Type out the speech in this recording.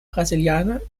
brasilianer